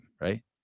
right